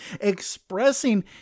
expressing